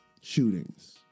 shootings